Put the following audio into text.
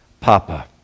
Papa